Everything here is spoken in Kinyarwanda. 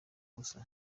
ubusa